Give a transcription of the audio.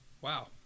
Wow